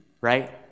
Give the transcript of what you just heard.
right